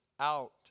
out